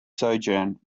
sojourn